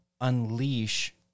unleash